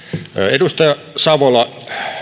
edustaja savola